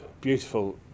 beautiful